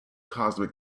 cosmic